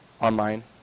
online